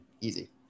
Easy